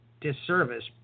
disservice